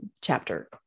chapter